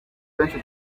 benshi